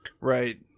right